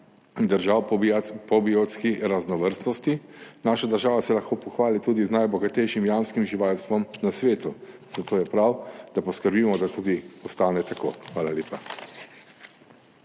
držav po biotski raznovrstnosti, naša država se lahko pohvali tudi z najbogatejšim jamskim živalstvom na svetu, zato je prav, da poskrbimo, da tudi ostane tako. Hvala lepa.